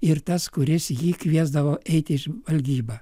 ir tas kuris jį kviesdavo eiti į žvalgybą